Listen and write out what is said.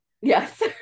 yes